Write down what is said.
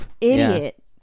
idiot